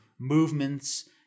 movements